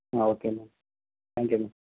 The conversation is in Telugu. okay ma'am thank you ma'am